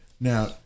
Now